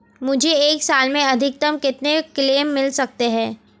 मुझे एक साल में अधिकतम कितने क्लेम मिल सकते हैं?